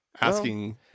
Asking